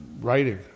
writing